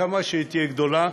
כמה שהיא תהיה גדולה,